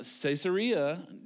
Caesarea